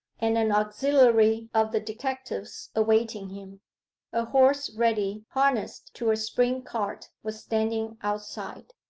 and an auxiliary of the detective's awaiting him a horse ready harnessed to a spring-cart was standing outside.